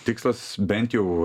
tikslas bent jau